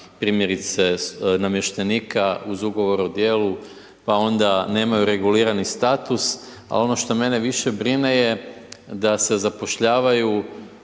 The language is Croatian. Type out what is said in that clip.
primjerice namještenika uz ugovor o djelu pa onda nemaju regulirani status. Ali ono što mene više brine je da se zapošljavaju